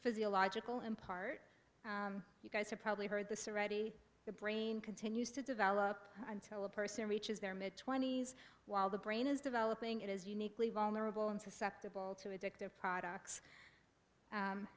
physiological in part you guys have probably heard the serenity the brain continues to develop until a person reaches their mid twenty's while the brain is developing it is uniquely vulnerable and susceptible to addictive products